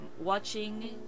watching